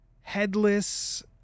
headless